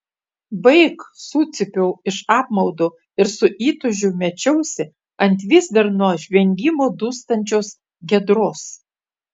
baik sucypiau iš apmaudo ir su įtūžiu mečiausi ant vis dar nuo žvengimo dūstančios giedros